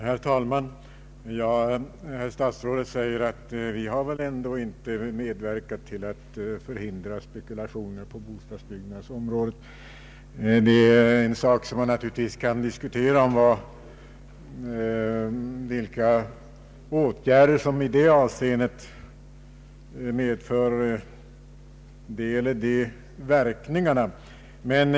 Herr talman! Herr statsrådet säger att vi väl ändå inte har medverkat till att förhindra spekulation på bostadsbyggandets område. Man kan naturligtvis diskutera vilka åtgärder som i det avseendet medför de eller de verkningarna.